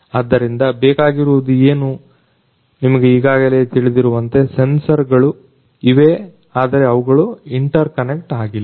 ಆದ್ದರಿಂದ ಬೇಕಾಗಿರುವುದು ಏನು ನಿಮಗೆ ಈಗಾಗಲೆ ತಿಳಿದಿರುವಂತೆ ಸೆನ್ಸರ್ಗಲು ಇವೆ ಆದರೆ ಅವುಗಳು ಇಂಟರ್ಕನ್ನೆಕ್ಟ್ ಆಗಿಲ್ಲ